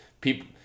people